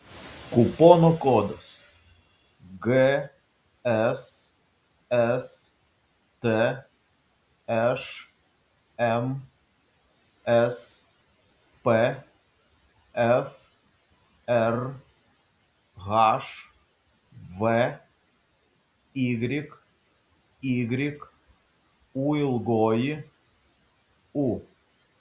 kupono kodas gsst šmsp frhv yyūu